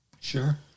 Sure